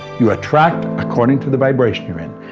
you attract according to the vibration you're in.